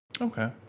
Okay